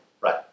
Right